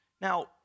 Now